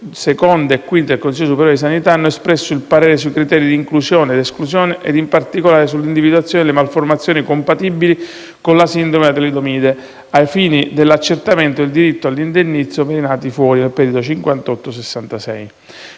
congiunte II e V del Consiglio superiore di sanità hanno espresso il parere sui criteri di inclusione ed esclusione, e, in particolare, sulla individuazione delle malformazioni compatibili con la sindrome da talidomide, ai fini dell'accertamento del diritto all'indennizzo per i nati fuori dal periodo 1958-1966.